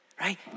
Right